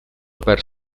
per